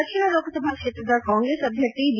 ದಕ್ಷಿಣ ಲೋಕಸಭಾ ಕ್ಷೇತ್ರದ ಕಾಂಗ್ರೆಸ್ ಅಭ್ಯರ್ಥಿ ಬಿ